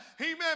Amen